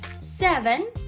Seven